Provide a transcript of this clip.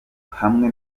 hamwe